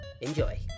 Enjoy